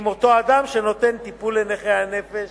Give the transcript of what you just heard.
אם אותו אדם שנותן טיפול לנכה הנפש